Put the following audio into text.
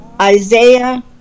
Isaiah